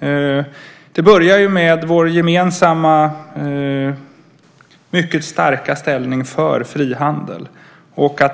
Svaret börjar med vårt gemensamma, mycket starka ställningstagande för frihandel.